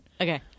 Okay